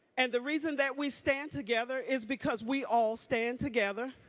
and the reason that we stand together is because we all stand together.